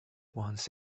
once